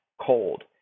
cold